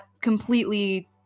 completely